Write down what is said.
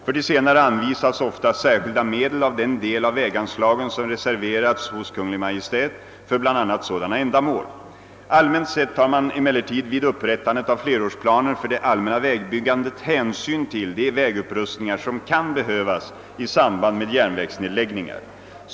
För de senare anvisas ofta särskilda medel av den del av väganslagen som reserverats hos Kungl. Maj:t för bl.a. sådana ändamål. Allmänt sett tar man emellertid vid upprättandet av flerårsplaner för det allmänna vägbyggandet hänsyn till de vägupprustningar som kan behövas i samband med järnvägsnedläggningar.